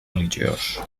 religiós